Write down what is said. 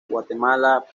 guatemala